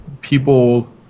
people